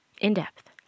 in-depth